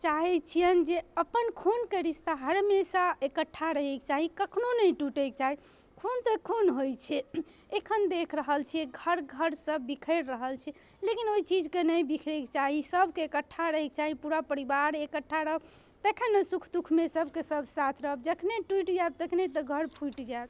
चाहै छियनि जे अपन खूनके रिश्ता हर हमेशा एकट्ठा रहयके चाही कखनहु नहि टूटयके चाही खून तऽ खून होइ छै एखन देख रहल छियै घर घर सभ बिखरि रहल छै लेकिन ओहि चीजकेँ नहि बिखरैके चाही सभके एकट्ठा रहयके चाही पूरा परिवार एकट्ठा रहब तखन ने सुख दुःखमे सभके सभ साथ रहब जखने टूटि जायब तखने घर फुटि जायत